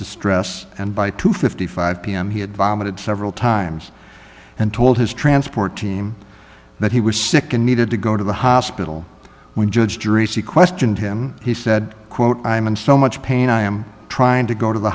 distress and by two fifty five pm he had vomited several times and told his transport team that he was sick and needed to go to the hospital when judge jury c questioned him he said quote i'm in so much pain i am trying to go to the